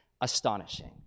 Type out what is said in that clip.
astonishing